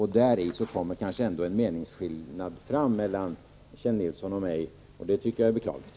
Här kommer kanske ändå en meningsskillnad fram mellan Kjell Nilsson och mig, och det tycker jag är beklagligt.